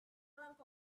drunk